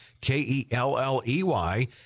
K-E-L-L-E-Y